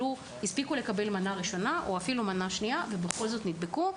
שהספיקו לקבל מנה ראשונה או אפילו מנה שנייה ובכל זאת נדבקו.